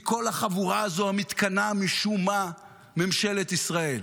מכל החבורה הזאת המתכנה משום מה ממשלת ישראל.